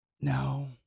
No